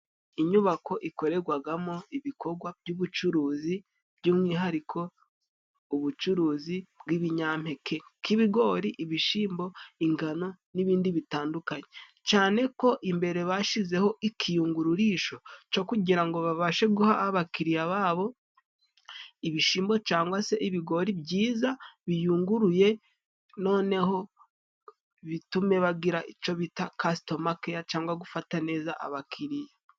Inyubako ikoregwagamo ibikogwa by'ubucuruzi by'umwihariko ubucuruzi bw'ibinyampeke, nk'ibigori, ibishimbo, ingano n'ibindi bitandukanye. Cane ko imbere bashizeho ikiyungururisho co kugira ngo babashe guha abakiriya ba bo ibishimbo cangwa se ibigori byiza biyunguruye, noneho bitume bagira ico bita castomakeya cangwa gufata neza abakiriya.